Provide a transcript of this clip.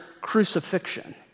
crucifixion